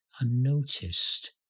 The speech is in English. unnoticed